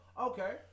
Okay